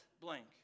blank